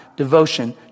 Devotion